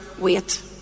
wait